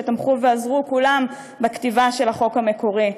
שתמכו ועזרו כולם בכתיבה של החוק המקורי,